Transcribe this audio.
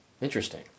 Interesting